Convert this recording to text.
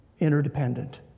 interdependent